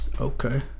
Okay